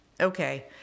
Okay